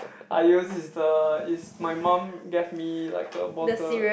I use the is my mum gave me like a bottle